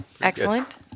excellent